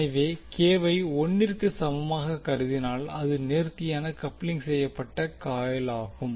எனவே k வை 1 இற்கு சமமாக கருதினால் அது நேர்த்தியாக கப்ளிங் செய்யப்பட்ட காயில்களாகும்